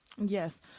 Yes